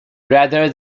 rather